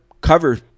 cover